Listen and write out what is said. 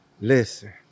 Listen